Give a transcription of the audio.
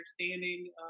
understanding